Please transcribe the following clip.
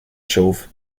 chauve